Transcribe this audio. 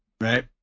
right